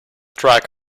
track